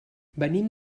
venim